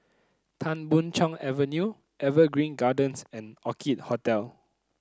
Tan Boon Chong Avenue Evergreen Gardens and Orchid Hotel